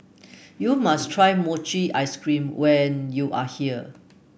you must try Mochi Ice Cream when you are here